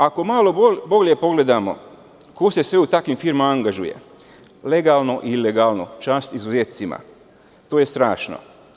Ako malo bolje pogledamo ko se sve u takvim firmama angažuje, legalno i ilegalno, čast izuzecima, to je strašno.